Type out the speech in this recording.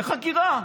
לחקירה,